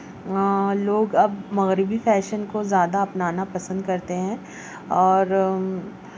لوگ اب مغربی فیشن کو زیادہ اپنانا پسند کرتے ہیں اور